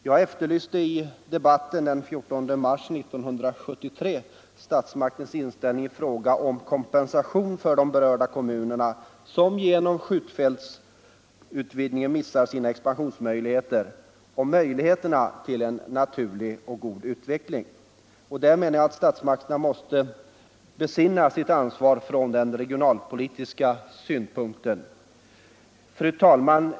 Jag efterlyste i debatten den 14 mars 1973 besked om statsmakternas inställning i fråga om kompensation för de berörda kommunerna, som genom skjutfältets utvidgning missar sina expansionsmöjligheter och möjligheterna till en naturlig och god utveckling. Där menar jag att statsmakterna måste besinna sitt ansvar ur regionalpolitisk synpunkt. Fru talman!